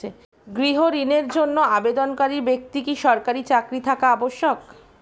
গৃহ ঋণের জন্য আবেদনকারী ব্যক্তি কি সরকারি চাকরি থাকা আবশ্যক?